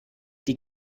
die